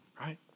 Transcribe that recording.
right